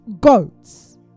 goats